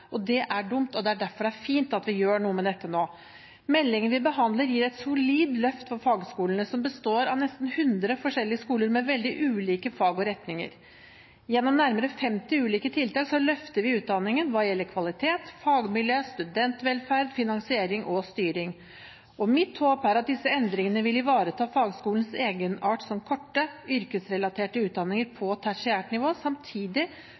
Det er dumt, og det er derfor det er fint at vi gjør noe med dette nå. Meldingen vi behandler, gir et solid løft for fagskolene, som består av nesten 100 forskjellige skoler med veldig ulike fag og retninger. Gjennom nærmere 50 ulike tiltak løfter vi utdanningen hva gjelder kvalitet, fagmiljø, studentvelferd, finansiering og styring. Mitt håp er at disse endringene vil ivareta fagskolenes egenart som korte, yrkesrelaterte utdanninger på tertiært nivå, samtidig